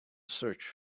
search